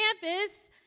campus